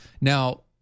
Now